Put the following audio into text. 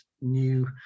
new